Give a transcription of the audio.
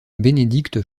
bénédicte